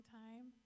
time